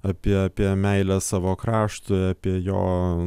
apie apie meilę savo kraštui apie jo